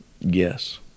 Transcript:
yes